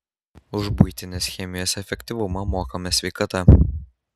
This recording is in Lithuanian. už buitinės chemijos efektyvumą mokame sveikata